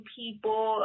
people